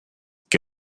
que